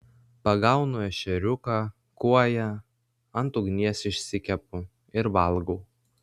pagaunu ešeriuką kuoją ant ugnies išsikepu ir valgau